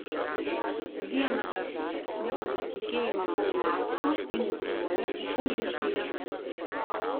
viena vertus nepasitikėjimą paulausku inicijuoja opozicija